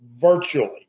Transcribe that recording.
Virtually